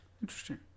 Interesting